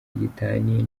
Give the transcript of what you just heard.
gitaniye